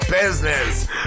business